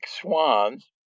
Swans